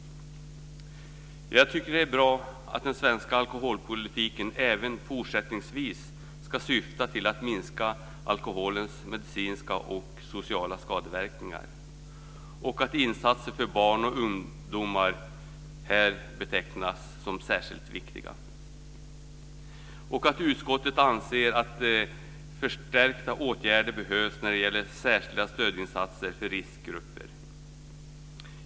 Jag tycker att det är bra att den svenska alkoholpolitiken även fortsättningsvis ska syfta till att minska alkoholens medicinska och sociala skadeverkningar, att insatser för barn och ungdomar här betecknas som särskilt viktiga, att utskottet anser att förstärkta åtgärder behövs när det gäller särskilda stödinsatser för riskgrupper.